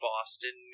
Boston